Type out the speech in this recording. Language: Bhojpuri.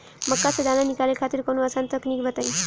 मक्का से दाना निकाले खातिर कवनो आसान तकनीक बताईं?